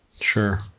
Sure